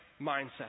mindset